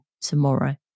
tomorrow